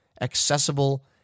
accessible